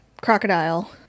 crocodile